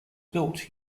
built